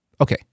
Okay